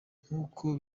nkuko